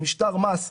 במשטר מס נמוך,